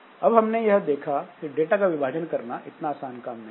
अब हमने यह देखा कि डाटा का विभाजन करना इतना आसान काम नहीं है